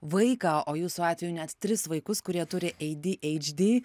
vaiką o jūsų atveju net tris vaikus kurie turi ei dy eidž dy